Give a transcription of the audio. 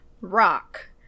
Rock